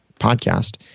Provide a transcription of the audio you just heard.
podcast